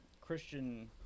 Christian